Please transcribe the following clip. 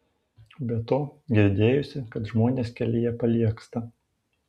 be to girdėjusi kad žmonės kelyje paliegsta